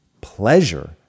pleasure